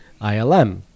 ilm